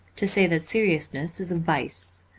to say that seriousness is a vice.